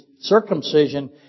circumcision